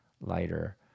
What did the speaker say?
lighter